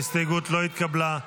ההסתייגות לא התקבלה.